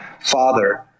father